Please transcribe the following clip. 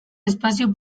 espazio